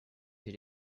your